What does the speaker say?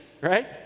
right